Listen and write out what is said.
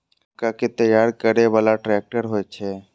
मक्का कै तैयार करै बाला ट्रेक्टर होय छै?